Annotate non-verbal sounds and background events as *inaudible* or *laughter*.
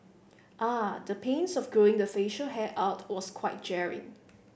*hesitation* the pains of growing the facial hair out was quite jarring